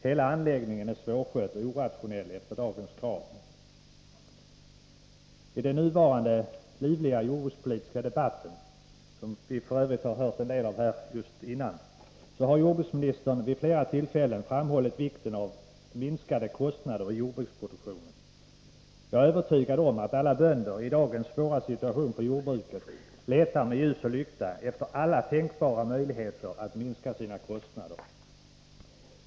Hela anläggningen är svårskött och orationell efter dagens krav. I den nuvarande, livliga jordbrukspolitiska debatten, som vi f. ö. har hört en del av nyss, har jordbruksministern vid flera tillfällen framhållit vikten av minskade kostnader i jordbruksproduktionen. Jag är övertygad om att alla bönder i dagens svåra situation för jordbruket letar med ljus och lykta efter alla tänkbara möjligheter att minska sina kostnader.